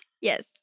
Yes